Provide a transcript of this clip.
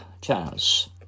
chance